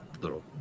little